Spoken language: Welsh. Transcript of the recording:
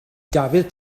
dafydd